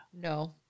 No